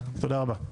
תודה רבה.